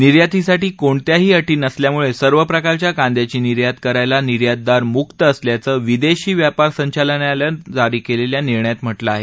निर्यातीसाठी कोणत्याही अर्थी नसल्यामुळे सर्व प्रकारच्या कांद्याची निर्यात करायला निर्यातदार मुक्त असल्याचं विदेशी व्यापार संचालनालयानं जारी केलेल्या निर्णयात म्हा कां आहे